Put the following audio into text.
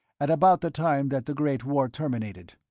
at about the time that the great war terminated.